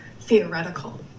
theoretical